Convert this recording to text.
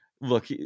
Look